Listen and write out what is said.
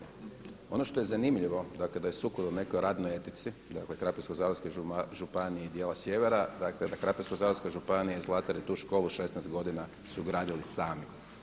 A ono što je zanimljivo dakle da je sukladno nekoj radnoj etici dakle Krapinsko-zagorske županije i djela sjevera dakle da Krapinsko-zagorska županija i Zlatar i tu školu 16 godina su gradili sami.